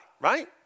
right